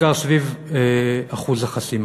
בעיקר סביב אחוז החסימה.